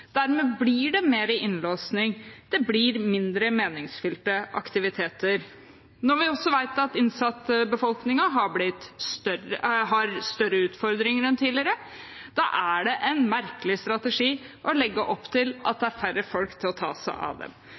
Dermed blir det mer innlåsing. Det blir mindre meningsfylte aktiviteter. Når vi også vet at innsattbefolkningen har større utfordringer enn tidligere, er det en merkelig strategi å legge opp til at det er færre folk til å ta seg av dem.